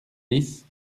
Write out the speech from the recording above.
dix